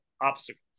obstacles